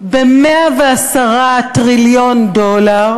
ב-110 טריליון דולר,